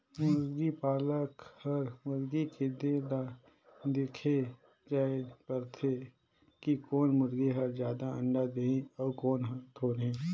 मुरगी पालक हर मुरगी के देह ल देखके जायन दारथे कि कोन मुरगी हर जादा अंडा देहि अउ कोन हर थोरहें